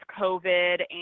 COVID